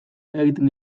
egiten